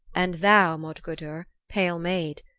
and thou, modgudur, pale maid,